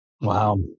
Wow